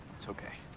it's ok.